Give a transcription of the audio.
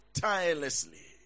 tirelessly